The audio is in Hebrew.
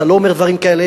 אתה לא אומר דברים כאלה.